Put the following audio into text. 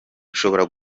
bishobora